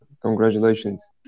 Congratulations